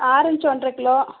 orange ஒன்றரை kilo